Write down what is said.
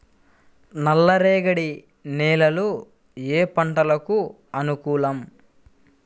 నల్లరేగడి నేలలు ఏ పంటలకు అనుకూలం?